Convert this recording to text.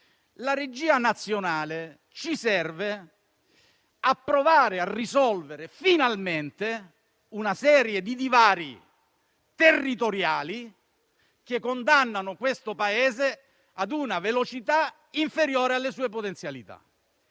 La regia nazionale ci serve per provare a risolvere finalmente una serie di divari territoriali che condannano questo Paese a una velocità inferiore alle sue potenzialità.